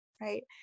right